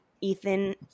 Ethan